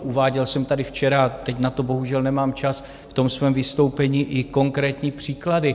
Uváděl jsem tady včera, teď na to bohužel nemám čas, v svém vystoupení i konkrétní příklady.